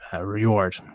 reward